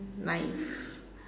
life